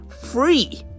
free